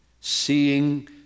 seeing